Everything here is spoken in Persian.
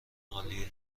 عالیه